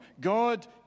God